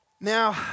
Now